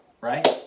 Right